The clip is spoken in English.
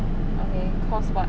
okay cause what